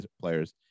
players